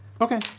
Okay